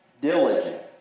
diligent